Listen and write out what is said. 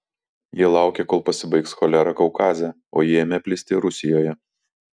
jie laukė kol pasibaigs cholera kaukaze o ji ėmė plisti rusijoje